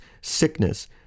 sickness